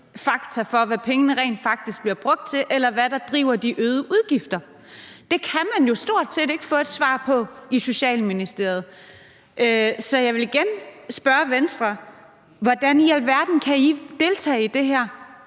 til hvad pengene rent faktisk bliver brugt til, eller hvad der driver de øgede udgifter. Det kan man jo stort set ikke få et svar på i Social-, Bolig- og Ældreministeriet. Så jeg vil igen spørge Venstre: Hvordan i alverden kan I deltage i det her,